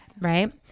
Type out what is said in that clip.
Right